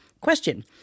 Question